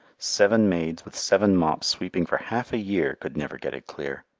seven maids with seven mops sweeping for half a year could never get it clear.